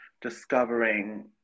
discovering